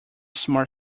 smart